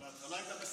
אבל ההתחלה הייתה בסדר.